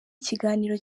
ikiganiro